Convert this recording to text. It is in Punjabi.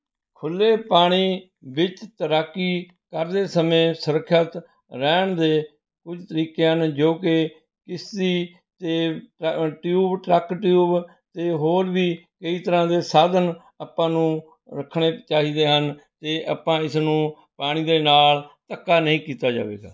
ਖੁੱਲ੍ਹੇ ਪਾਣੀ ਵਿੱਚ ਤੈਰਾਕੀ ਕਰਦੇ ਸਮੇਂ ਸੁਰੱਖਿਅਤ ਰਹਿਣ ਦੇ ਕੁਝ ਤਰੀਕੇ ਹਨ ਜੋ ਕਿ ਕਿਸ਼ਤੀ ਅਤੇ ਟਿਊਬ ਟਰੱਕ ਟਿਊਬ ਅਤੇ ਹੋਰ ਵੀ ਕਈ ਤਰ੍ਹਾਂ ਦੇ ਸਾਧਨ ਆਪਾਂ ਨੂੰ ਰੱਖਣੇ ਚਾਹੀਦੇ ਹਨ ਅਤੇ ਆਪਾਂ ਇਸ ਨੂੰ ਪਾਣੀ ਦੇ ਨਾਲ ਧੱਕਾ ਨਹੀਂ ਕੀਤਾ ਜਾਵੇਗਾ